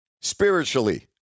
spiritually